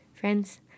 Friends